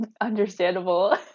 Understandable